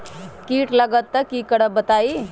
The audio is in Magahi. कीट लगत त क करब बताई?